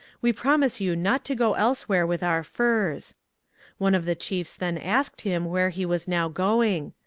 we promise you not to go elsewhere with our furs one of the chiefs then asked him where he was now going.